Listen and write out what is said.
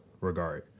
regard